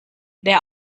der